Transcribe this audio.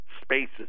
Spaces